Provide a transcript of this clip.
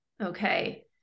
Okay